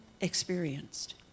experienced